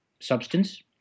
substance